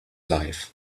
life